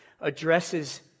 addresses